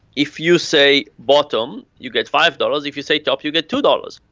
if you say bottom you get five dollars, if you say top you get two dollars.